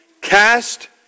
Cast